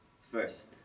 first